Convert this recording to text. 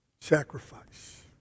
sacrifice